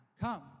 Come